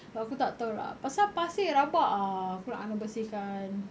sebab aku tak tahu lah pasal pasir rabak ah aku nak kena bersihkan